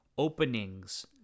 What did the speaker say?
openings